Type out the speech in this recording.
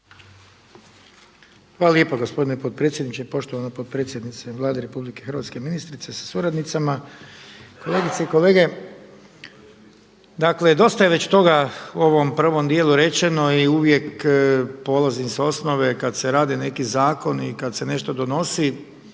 Hvala lijepa gospodine potpredsjedniče, poštovana potpredsjednice Vlade RH, ministrice sa suradnicama, kolegice i kolege. Dakle dosta je već toga u ovom prvom djelu rečeno i uvijek polazim sa osnove kad se radi neki zakon i kad se nešto donosi